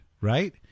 right